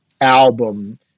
album